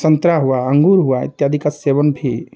संतरा हुआ अंगूर हुआ इत्यादि का सेवन भी